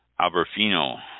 Aberfino